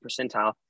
percentile